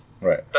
Right